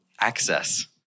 access